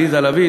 עליזה לביא,